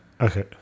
Okay